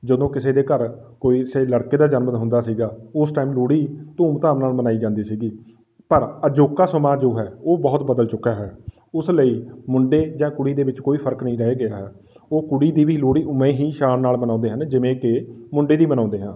ਜਦੋਂ ਕਿਸੇ ਦੇ ਘਰ ਕੋਈ ਕਿਸੇ ਲੜਕੇ ਦਾ ਜਨਮ ਹੁੰਦਾ ਸੀਗਾ ਉਸ ਟਾਈਮ ਲੋਹੜੀ ਧੂਮ ਧਾਮ ਨਾਲ ਮਨਾਈ ਜਾਂਦੀ ਸੀਗੀ ਪਰ ਅਜੋਕਾ ਸਮਾਂ ਜੋ ਹੈ ਉਹ ਬਹੁਤ ਬਦਲ ਚੁੱਕਾ ਹੈ ਉਸ ਲਈ ਮੁੰਡੇ ਜਾਂ ਕੁੜੀ ਦੇ ਵਿੱਚ ਕੋਈ ਫਰਕ ਨਹੀਂ ਰਹਿ ਗਿਆ ਹੈ ਉਹ ਕੁੜੀ ਦੀ ਵੀ ਲੋਹੜੀ ਉਵੇਂ ਹੀ ਸ਼ਾਨ ਨਾਲ ਮਨਾਉਂਦੇ ਹਨ ਜਿਵੇਂ ਕਿ ਮੁੰਡੇ ਦੀ ਮਨਾਉਂਦੇ ਹਾਂ